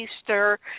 Easter